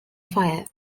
fire